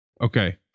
Okay